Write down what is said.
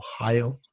Ohio